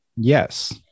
Yes